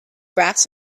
grass